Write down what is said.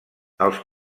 els